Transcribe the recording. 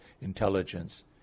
intelligence